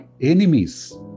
enemies